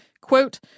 Quote